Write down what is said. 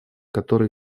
который